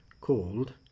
called